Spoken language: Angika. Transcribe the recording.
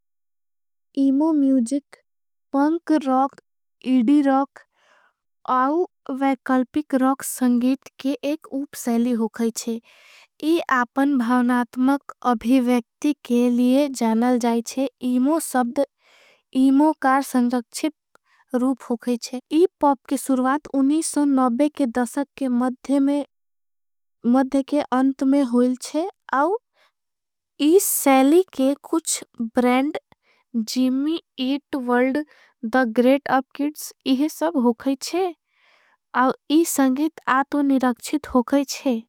इमो music, punk rock, indie rock औँ वैकल्पिक। रोक संगीट के एक उप सैली होगाई छे इस आपन। भावनात्मक अभिवेक्ति के लिए जानल जाएचे इमो सब्। द इमो कार संजक्षित रूप होगाई छे इस पॉप के शुरुवात। के दस्सक के मध्य के अंत में होगाई छे औँ इस सैली के। कुछ brand, Jimmy, eat, world the great up kits इहे। सब होगाई छे औँ इस संगीट आत्म निरक्षित होगाई छे।